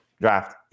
draft